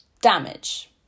damage